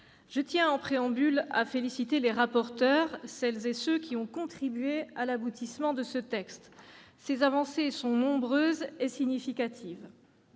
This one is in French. je tiens en préambule à féliciter les rapporteurs, qui ont contribué à l'aboutissement de ce texte. Ses avancées sont nombreuses et significatives.